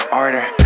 order